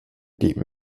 die